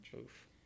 Oof